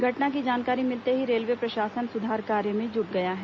घटना की जानकारी मिलते ही रेलवे प्रशासन सुधार कार्य में जुट गया है